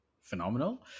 Phenomenal